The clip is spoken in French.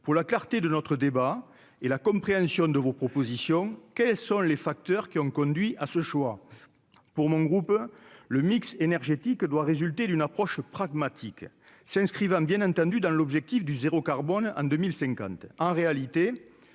pour la clarté de notre débat et la compréhension de vos propositions, quels sont les facteurs qui ont conduit à ce choix pour mon groupe le mix énergétique doit résulter d'une approche pragmatique s'inscrivant bien entendu dans l'objectif du 0 carbone en 2050